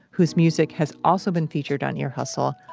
whose music has also been featured on ear hustle,